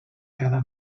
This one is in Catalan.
cada